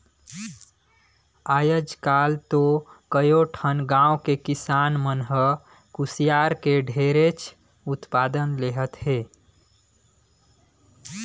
आयज काल तो कयो ठन गाँव के किसान मन ह कुसियार के ढेरेच उत्पादन लेहत हे